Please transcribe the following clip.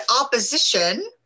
opposition